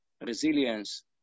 resilience